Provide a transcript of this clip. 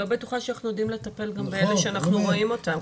אני לא בטוחה שאנחנו יודעים לטפל גם באלה שאנחנו רואים אותם.